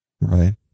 right